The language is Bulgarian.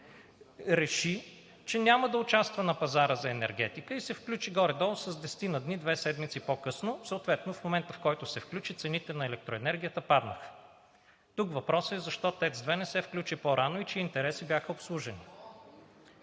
реши, че няма да участва на пазара за енергетика и се включи горе-долу с десетина дни – две седмици по-късно, съответно в момента, в който се включи, цените на електроенергията паднаха. Тук въпросът е: защо ТЕЦ „Марица изток 2“ не се включи по-рано и чии интереси бяха обслужени?